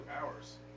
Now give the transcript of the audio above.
hours